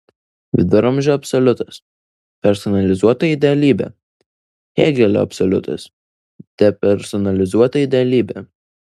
viduramžių absoliutas personalizuota idealybė hėgelio absoliutas depersonalizuota idealybė